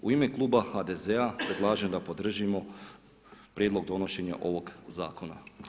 U ime kluba HDZ-a predlažem da podržimo prijedlog donošenja ovog zakona.